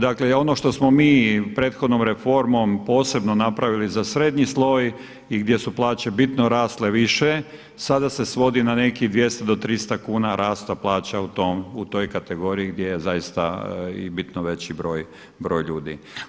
Dakle ono što smo mi prethodnom reformom posebno napravili za srednji sloj i gdje su plaće bitno rasle više, sada se svodi na nekih 200 do 300 kuna rasta plaća u toj kategoriji gdje je zaista i bitno veći broj ljudi.